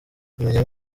kumenya